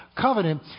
covenant